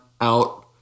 out